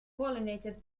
pollinated